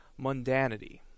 Mundanity